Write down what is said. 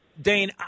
Dane